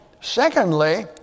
Secondly